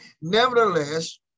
Nevertheless